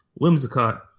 Whimsicott